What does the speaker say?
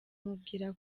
mubwira